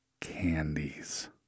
candies